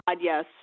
Yes